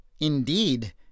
Indeed